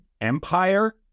empire